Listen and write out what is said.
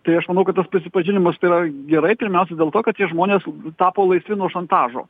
tai aš manau kad tas prisipažinimas tai yra gerai pirmiausia dėl to kad tie žmonės tapo laisvi nuo šantažo